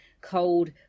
cold